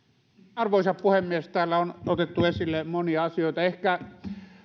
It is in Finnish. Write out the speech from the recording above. arvoisa puhemies täällä on otettu esille monia asioita